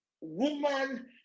woman